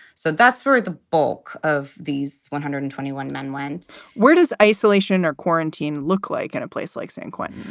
so that's where the bulk of these one hundred and twenty one men went where does isolation or quarantine look like in a place like san quentin?